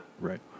Right